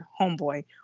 Homeboy